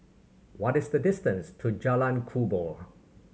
what is the distance to Jalan Kubor